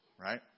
Right